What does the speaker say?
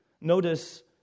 notice